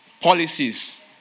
Policies